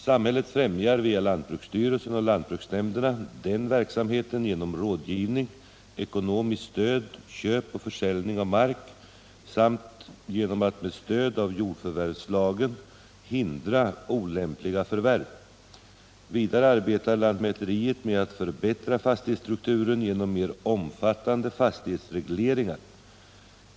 Samhället frimjar via lantbruksstyrelsen och lantbruksnämnderna den verksamheten genom rådgivning, ekonomiskt stöd, köp och försäljning av mark samt genom att med stöd av jordförvärvslagen hindra okimpliga förvärv. Vidare arbetar lantmäteriet med att förbättra fastighetsstrukturen genom mer omfattatde fastighetsregleringar.